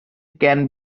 can